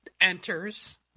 enters